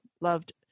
loved